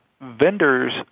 vendors